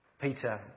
Peter